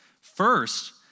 First